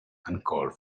uncalled